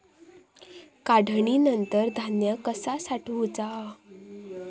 काढणीनंतर धान्य कसा साठवुचा?